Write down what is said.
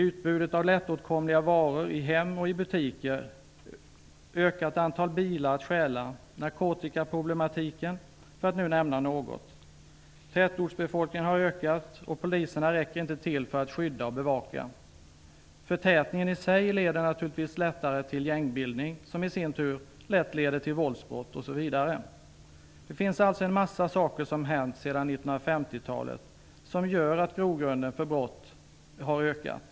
Utbudet av lättåtkomliga varor i hem och butiker har ökat. Det finns ett större antal bilar att stjäla. Vi har narkotikaproblematiken. Tätortsbefolkningen har ökat, och poliserna räcker inte till för att skydda och bevaka. Förtätningen i sig leder naturligtvis till att det blir gängbildning, vilket i sin tur lätt leder till våldsbrott osv. Det finns alltså en massa saker som har hänt sedan 1950-talet som gör att grogrunden för brott har ökat.